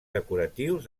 decoratius